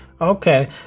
okay